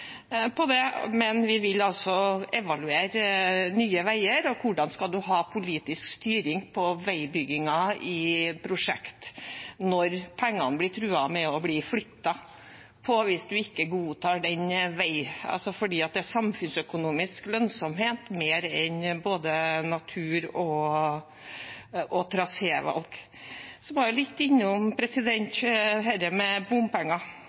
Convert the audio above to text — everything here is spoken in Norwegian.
men vi vil altså evaluere Nye Veier. Hvordan skal man ha politisk styring på veibyggingen i prosjekter når man truer med at pengene blir flyttet hvis man ikke godtar det, fordi samfunnsøkonomisk lønnsomhet betyr mer enn både natur og trasévalg? Jeg var litt innom dette med bompenger.